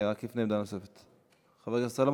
חבר הכנסת סולומון?